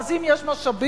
אז אם יש משאבים,